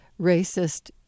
racist